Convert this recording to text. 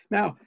Now